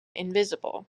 invisible